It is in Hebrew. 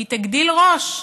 היא תגדיל ראש.